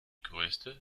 größte